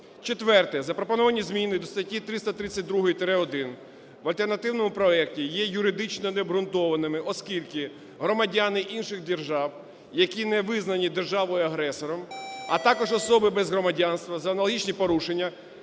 Четверте. Запропоновані зміни до статті 332-1 в альтернативному проекті є юридично необґрунтованими, оскільки громадяни інших держав, які не визнані державою-агресором, а також особи без громадянства за аналогічні порушення,